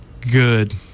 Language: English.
good